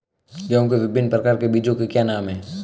गेहूँ के विभिन्न प्रकार के बीजों के क्या नाम हैं?